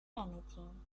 anything